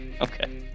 Okay